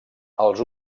els